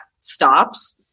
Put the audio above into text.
stops